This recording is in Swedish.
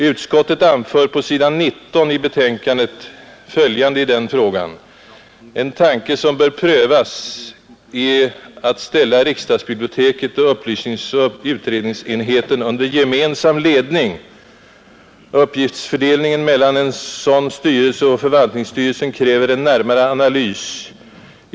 Utskottet anför på s. 19 i betänkandet följande i denna fråga: ”En tanke som bör prövas är därför att ställa riksdagsbiblioteket och upplysningsoch utredningsenheten under gemensam ledning. Uppgiftsfördelningen mellan en sådan styrelse och förvaltningsstyrelsen kräver en närmare analys.